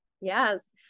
Yes